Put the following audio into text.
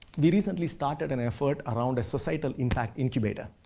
we recently started an effort around a societal impact incubator.